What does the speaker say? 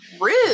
Rude